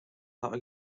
are